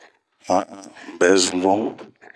Han'an un bɛ zun bun.